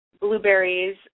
blueberries